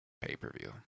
pay-per-view